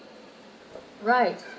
right